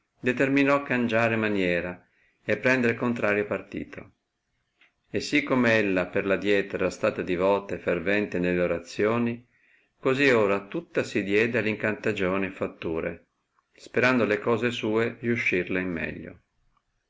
determinò cangiare maniera e prender contrario partito e si come ella per l adietro era stata divota e fervente nelle orazioni così ora tutta si diede alle incantagioni e fatture sperando le cose sue riuscirle in meglio